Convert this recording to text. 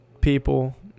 people